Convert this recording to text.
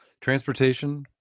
transportation